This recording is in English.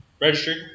Registered